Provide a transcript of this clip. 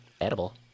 edible